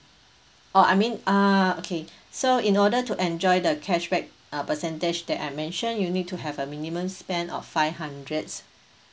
oh I mean uh okay so in order to enjoy the cashback uh percentage that I mentioned you need to have a minimum spend of five hundred